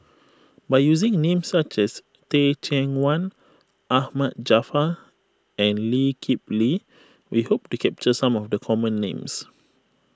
by using names such as Teh Cheang Wan Ahmad Jaafar and Lee Kip Lee we hope to capture some of the common names